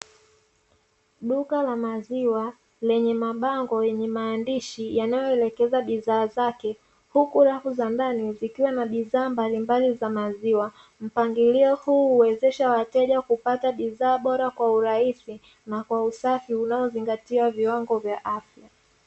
Duka la maziwa lenye mabango yenye maandishi yanayoelekeza bidhaa zake huku rafu za ndani zikiwa na bidhaa mbalimbali za maziwa mpangilio huu uwezesha wateja kupata bidhaa bora kwa urahisi na kwa usafi unaozingatia viwango vya afya.